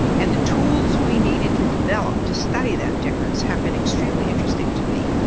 and the tools we needed to develop to study that difference have been extremely interesting to me.